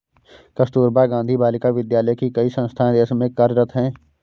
कस्तूरबा गाँधी बालिका विद्यालय की कई संस्थाएं देश में कार्यरत हैं